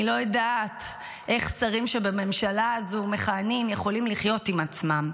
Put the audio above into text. אני לא יודעת איך שרים שמכהנים בממשלה הזו יכולים לחיות עם עצמם.